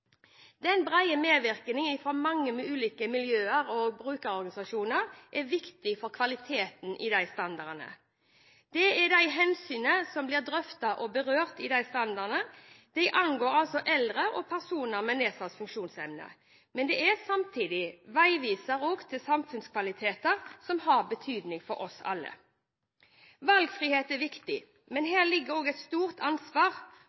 Den brede medvirkningen fra mange ulike miljøer og brukerorganisasjoner er viktig for kvaliteten til standardene. Hensynene som blir drøftet og berørt i standardene, angår eldre og personer med nedsatt funksjonsevne, men de er samtidig også en veiviser til samfunnskvaliteter som har betydning for oss alle. Valgfrihet er viktig, men her ligger det også et stort ansvar.